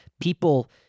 people